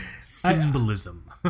Symbolism